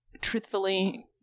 truthfully